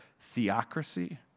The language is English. theocracy